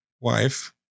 wife